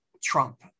Trump